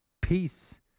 Peace